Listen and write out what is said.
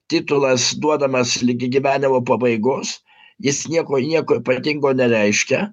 titulas duodamas ligi gyvenimo pabaigos jis nieko nieko ypatingo nereiškia